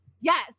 yes